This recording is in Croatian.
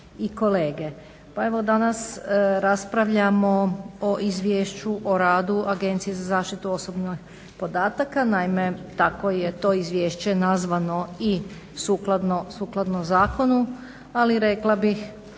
i kolege. Pa evo danas raspravljamo o Izvješću o radu Agencije za zaštitu osobnih podataka, naime tako je to izvješće nazvano i sukladno zakonu. Ali rekla bih